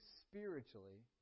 spiritually